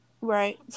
Right